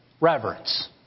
reverence